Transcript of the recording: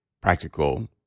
practical